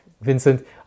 Vincent